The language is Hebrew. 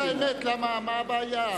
זו האמת, מה הבעיה?